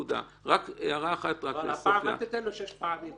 רק הערה אחת -- אבל הפעם אל תיתן לו שש פעמים,